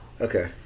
okay